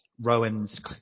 Rowan's